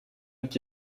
het